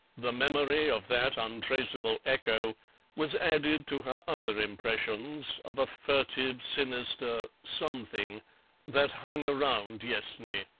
the memory of that untraceable echo was added to her other impressions of a furtive sinister something that hung around yessney.